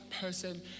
person